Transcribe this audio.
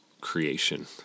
creation